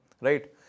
Right